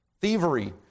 thievery